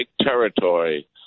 territory